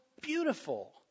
beautiful